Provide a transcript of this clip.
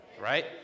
right